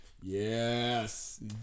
Yes